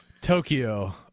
Tokyo